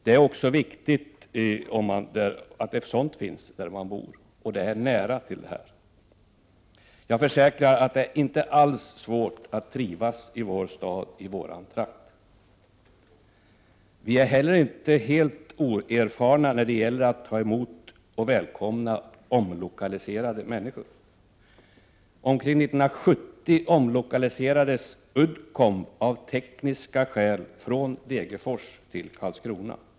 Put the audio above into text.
Det är också viktigt att sådana områden finns — och att man bor nära dem. Jag försäkrar att det inte alls är svårt att trivas i vår stad, i vår trakt. Och vi är inte helt oerfarna när det gäller att ta emot och välkomna omlokaliserade människor. Omkring år 1970 omlokaliserades Uddcomb av tekniska skäl från Degerfors till Karlskrona.